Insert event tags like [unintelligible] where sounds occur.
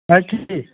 अच्छी [unintelligible]